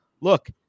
look